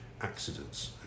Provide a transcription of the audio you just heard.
Accidents